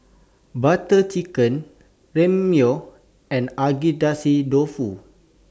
Butter Chicken Ramyeon and Agedashi Dofu